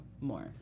more